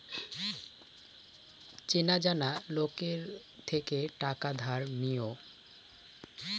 চেনা জানা লোকের থেকে টাকা ধার নিও